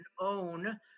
own